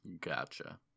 Gotcha